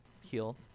heal